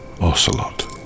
Ocelot